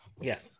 Yes